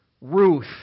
Ruth